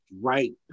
Right